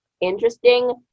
interesting